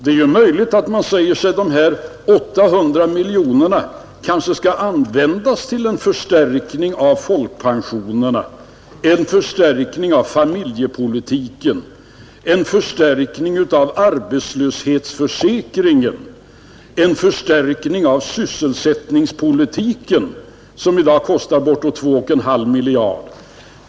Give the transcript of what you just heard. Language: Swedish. Det är möjligt att dessa 800 miljoner skall användas till en förstärkning av folkpensionerna, en förstärkning av familjepolitiken, en förstärkning av arbetslöshetsförsäkringen, en förstärkning av sysselsättningspolitiken, vilken senare i dag kostar bortåt 2,5 miljarder.